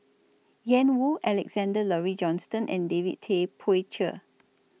Ian Woo Alexander Laurie Johnston and David Tay Poey Cher